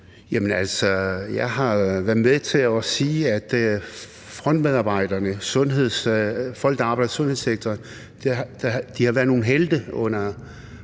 Jeg har været med til at sige, at frontmedarbejderne, folk, der arbejder i sundhedssektoren, har været nogle helte under